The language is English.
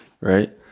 Right